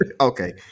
Okay